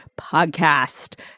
podcast